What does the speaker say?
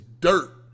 dirt